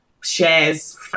shares